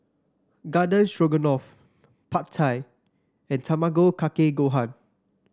Garden Stroganoff Pad Thai and Tamago Kake Gohan